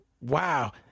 wow